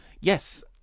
yes